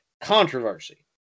controversy